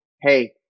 Hey